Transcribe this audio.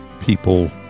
people